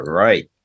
right